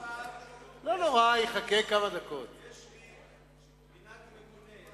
יש לי מנהג מגונה.